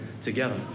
together